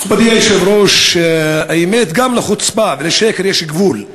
מכובדי היושב-ראש, האמת, גם לחוצפה ולשקר יש גבול.